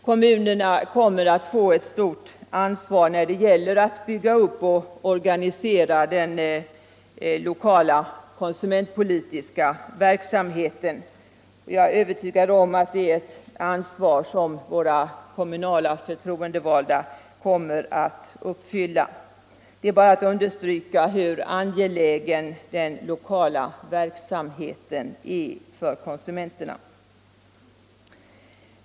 Kommunerna kommer att få ett stort ansvar när det gäller att bygga upp och organisera den lokala konsumentpolitiska verksamheten. Jag är övertygad om att det är ett ansvar som våra förtroendevalda i kommunerna kommer att uppfylla. Det är bara att understryka hur angelägen den lokala verksamheten är för konsumenterna.